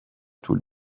طول